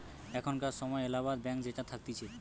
এখানকার সময় এলাহাবাদ ব্যাঙ্ক যেটা থাকতিছে